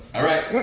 alright.